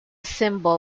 symbol